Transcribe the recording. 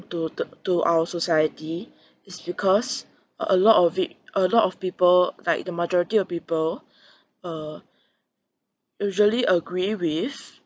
to to to our society is because a lot of it a lot of people like the majority of people uh usually agree with